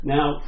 Now